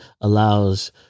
allows